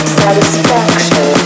satisfaction